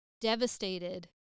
devastated